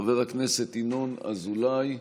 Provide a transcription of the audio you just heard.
חבר הכנסת ינון אזולאי,